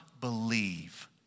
believe